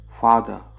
Father